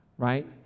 Right